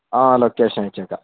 ആ മറ്റേ